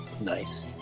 Nice